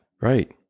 Right